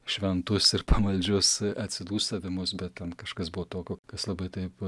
šventus ir pamaldžius atsidūsavimus bet ten kažkas buvo tokio kas labai taip